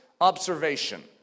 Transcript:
observation